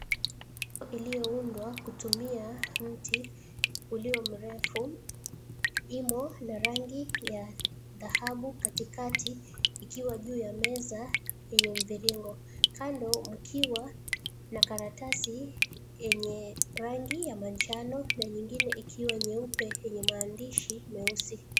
Ilioundwa kutumia mti uliomrefu, imo na rangi ya dhahabu katikati ikiwa juu ya meza yenye mviringo kando ikiwa na karatasi yenye rangi ya manjano na nyingine ikiwa nyeupe yenye maandishi meupe.